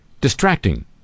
distracting